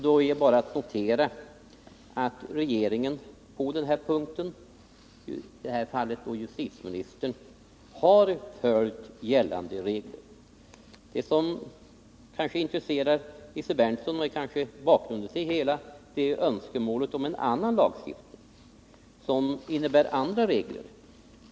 Då är bara att notera att regeringen — i det här fallet justitieministern — på denna punkt har följt gällande regler. Det som intresserar Nils Berndtson och är bakgrunden till det hela kanske är önskemål om en annan lagstiftning, som innebär andra regler.